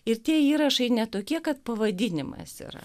ir tie įrašai ne tokie kad pavadinimas yra